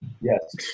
Yes